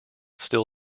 still